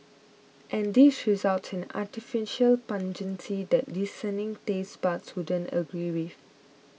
and this results in an artificial pungency that discerning taste buds wouldn't agree with